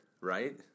right